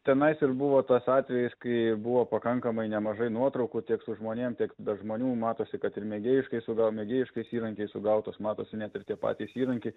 tenais ir buvo tas atvejis kai buvo pakankamai nemažai nuotraukų tiek su žmonėm tiek be žmonių matosi kad ir mėgėjiškais o gal mėgėjiškais įrankiais sugautos matosi net ir tie patys įrankiai